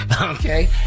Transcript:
Okay